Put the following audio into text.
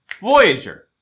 Voyager